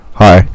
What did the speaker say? hi